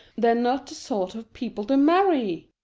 they're not the sort of people to marry.